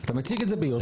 אתה מציג את זה ביושר.